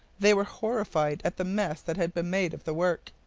they were horrified at the mess that had been made of the work.